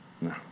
No